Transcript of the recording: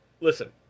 Listen